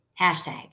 hashtag